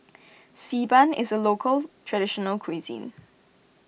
Xi Ban is a local traditional cuisine